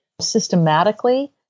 systematically